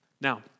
Now